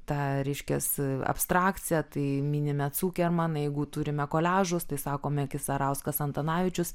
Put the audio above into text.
tą reiškias abstrakciją tai minime cukerman jeigu turime koliažas tai sakome kisarauskas antanavičius